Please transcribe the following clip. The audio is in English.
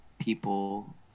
people